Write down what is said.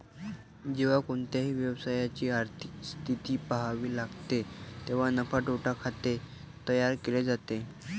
जेव्हा कोणत्याही व्यवसायाची आर्थिक स्थिती पहावी लागते तेव्हा नफा तोटा खाते तयार केले जाते